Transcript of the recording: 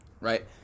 right